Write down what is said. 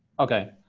okay,